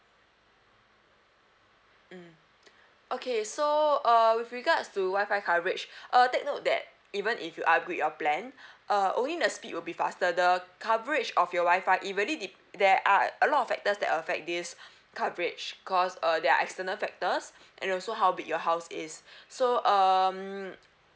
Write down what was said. mm okay so uh with regards to wifi coverage uh take note that even if you upgrade your plan uh only the speed will be faster the coverage of your wifi it really de~ there are a lot of factors that affect this coverage cause uh there are external factors and also how big your house is so um